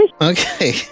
Okay